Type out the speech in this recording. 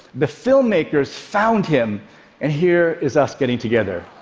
the filmmakers found him and here is us getting together.